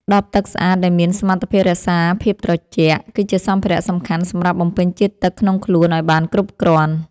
ដបទឹកស្អាតដែលមានសមត្ថភាពរក្សាភាពត្រជាក់ គឺជាសម្ភារៈសំខាន់សម្រាប់បំពេញជាតិទឹកក្នុងខ្លួនឱ្យបានគ្រប់គ្រាន់។